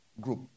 group